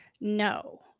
no